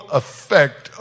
effect